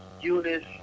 Eunice